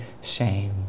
shame